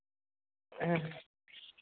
ᱦᱮᱸ